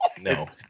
no